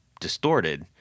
distorted